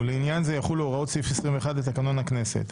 ולעניין זה יחולו הוראות סעיף 21 לתקנון הכנסת.